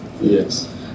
Yes